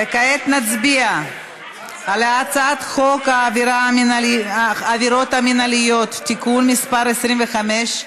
כעת נצביע על הצעת חוק העבירות המינהליות (תיקון מס' 25),